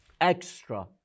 extra